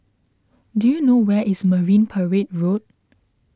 do you know where is Marine Parade Road